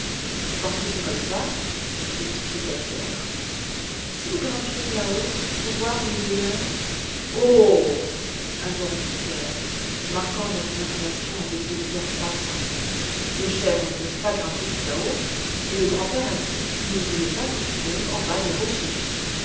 parce que c'est comme ça expliqua pierre si nous grimpions là-haut pour voir où il demeure oh oh oh interrompit pierre marquant dans son intonation un déplaisir croissant les chèvres ne peuvent pas grimper tout là-haut et le grand-père a dit qu'il ne voulait pas que tu tombes en bas des rochers